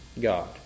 God